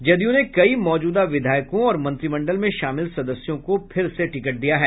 जदयू ने कई मौजूदा विधायकों और मंत्रिमंडल में शामिल सदस्यों को फिर से टिकट दिया है